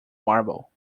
marble